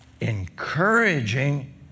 encouraging